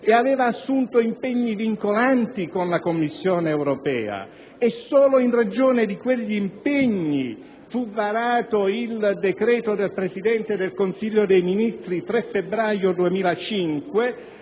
e aveva assunto impegni vincolanti con la Commissione europea; e solo in ragione di quegli impegni fu varato il decreto del Presidente del Consiglio dei ministri 3 febbraio 2005,